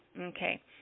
Okay